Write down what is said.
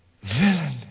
Villain